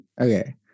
Okay